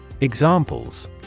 Examples